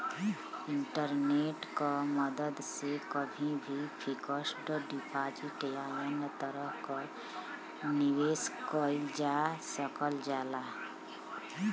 internet banking क मदद से कभी भी फिक्स्ड डिपाजिट या अन्य तरह क निवेश कइल जा सकल जाला